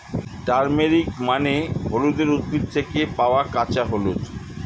turmeric মানে হলুদের উদ্ভিদ থেকে পাওয়া কাঁচা হলুদ